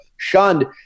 shunned